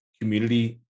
community